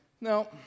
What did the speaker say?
Now